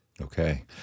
Okay